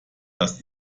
das